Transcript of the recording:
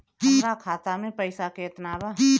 हमरा खाता में पइसा केतना बा?